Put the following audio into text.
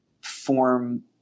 form